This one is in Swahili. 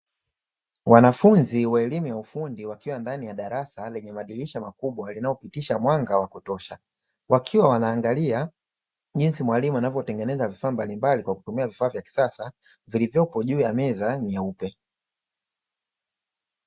Wanafunzi wa elimu ya ufundi, wakiwa ndani ya darasa lenye madirisha makubwa yanayopitisha mwanga wa kutosha, wakiwa wanaangalia jinsi mwalimu anavyotengeneza vifaa mbalimbali kwa kutumia vifaa vya kisasa vilivyopo juu ya meza nyeupe.